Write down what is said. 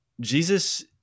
Jesus